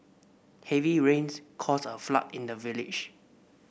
heavy rains caused a flood in the village